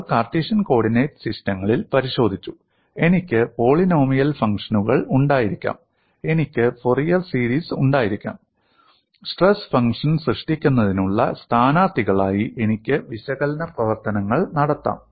നമ്മൾ Cartesian coordinate സിസ്റ്റങ്ങളിൽ പരിശോധിച്ചു എനിക്ക് പോളിനോമിയൽ ഫംഗ്ഷനുകൾ ഉണ്ടായിരിക്കാം എനിക്ക് ഫോറിയർ സീരീസ് ഉണ്ടായിരിക്കാം സ്ട്രെസ് ഫംഗ്ഷൻ സൃഷ്ടിക്കുന്നതിനുള്ള സ്ഥാനാർത്ഥികളായി എനിക്ക് വിശകലന പ്രവർത്തനങ്ങൾ നടത്താം